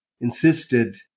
insisted